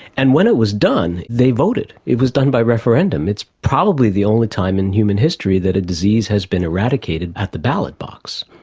and when it was done they voted, it was done by referendum. it's probably the only time in human history that a disease has been eradicated at the ballot box.